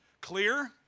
clear